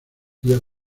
días